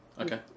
Okay